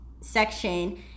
section